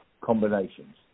combinations